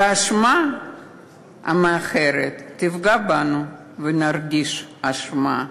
והאשמה המאוחרת תפגע בנו ונרגיש אשמה.